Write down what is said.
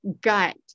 gut